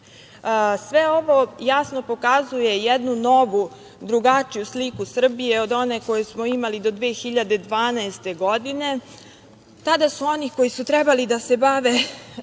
ovo jasno pokazuje jednu novu drugačiju sliku Srbije od one koju smo imali do 2012. godine. Tada su oni koji su trebali da se bave